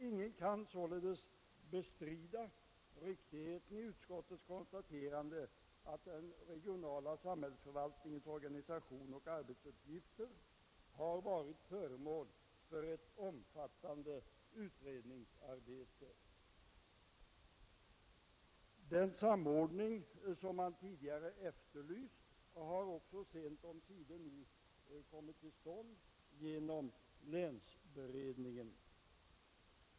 Ingen kan således bestrida riktigheten i utskottets konstaterande att den regionala samhällsförvaltningens organisation och arbetsuppgifter har varit föremål för ett omfattande utredningsarbete. Den samordning som man tidigare efterlyst har sent omsider nu också kommit till stånd genom länsberedningen.